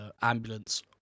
ambulance